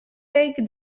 take